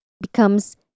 becomes